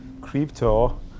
crypto